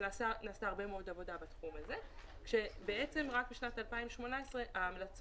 נעשתה הרבה מאוד עבודה בתחום הזה כאשר רק בשנת 2018 ההמלצות